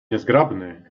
niezgrabny